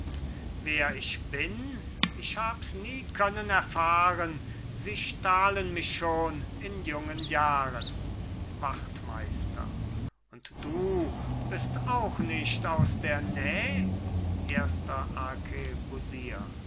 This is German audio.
wer ich bin ich habs nie können erfahren sie stahlen mich schon in jungen jahren wachtmeister und du bist auch nicht aus der näh erster